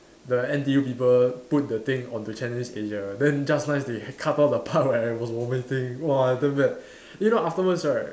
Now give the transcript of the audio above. the N_T_U people put the thing onto Channel News Asia then just nice they had cut off the part where I was vomiting !wah! damn bad you know afterwards right